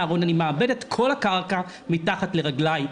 הארון אני שומט את כל הקרקע מתחת לרגליי.